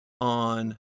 on